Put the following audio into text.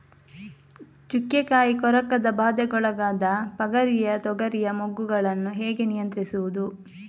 ಚುಕ್ಕೆ ಕಾಯಿ ಕೊರಕದ ಬಾಧೆಗೊಳಗಾದ ಪಗರಿಯ ತೊಗರಿಯ ಮೊಗ್ಗುಗಳನ್ನು ಹೇಗೆ ನಿಯಂತ್ರಿಸುವುದು?